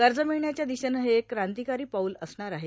कर्ज मिळण्याच्या दिशेनं हे एक क्रांतिकारी पाऊल असणार आहे